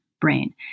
brain